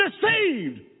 deceived